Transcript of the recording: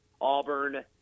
Auburn